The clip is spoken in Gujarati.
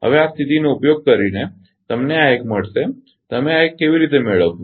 હવે આ સ્થિતિનો ઉપયોગ કરીને કે તમને આ એક મળશે તમે આ એક કેવી રીતે મેળવશો